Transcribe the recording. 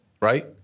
Right